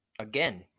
Again